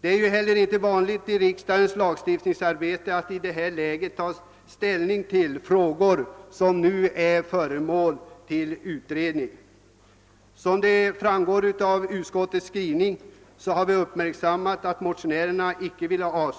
Det är inte vanligt i riksdagens lagstiftningsarbete att vi tar ställning till frågor som redan är föremål för utredning. Som framgår av utskottets skrivning har vi uppmärksammat att motionärerna inte vill att